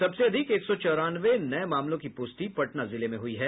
सबसे अधिक एक सौ चौरानवे नये मामलों की पूष्टि पटना जिले में हुई है